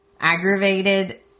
aggravated